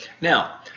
now